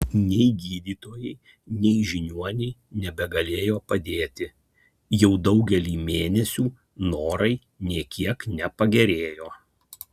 nei gydytojai nei žiniuoniai nebegalėjo padėti jau daugelį mėnesių norai nė kiek nepagerėjo